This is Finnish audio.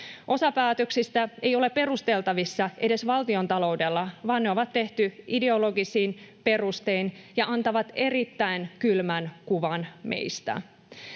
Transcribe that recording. Osa päätöksistä ei ole perusteltavissa edes valtiontaloudella, vaan ne on tehty ideologisin perustein ja ne antavat erittäin kylmän kuvan meistä.